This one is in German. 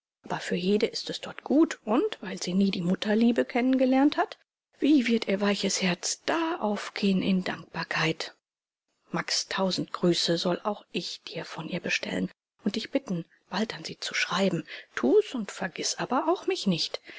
für hede ist es dort gut und weil sie nie die mutterliebe kennengelernt hat wie wird ihr weiches herz da aufgehen in dankbarkeit max tausend grüße soll auch ich dir von ihr bestellen und dich bitten bald an sie zu schreiben tu's und vergiß aber auch mich nicht